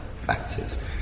factors